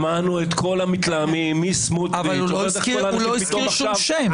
שמענו את כל המתלהמים מסמוטריץ' -- הוא לא הזכיר שום שם.